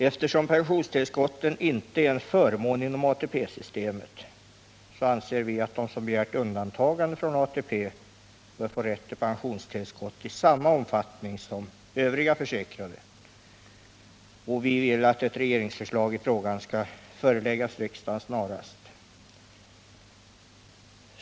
Eftersom pensionstillskotten inte är en förmån inom ATP-systemet, anser vi att de som begärt undantagande från ATP bör få rätt till pensionstillskott i samma omfattning som övriga försäkrade. Vi vill att ett regeringsförslag i frågan skall föreläggas riksdagen snarast.